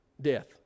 Death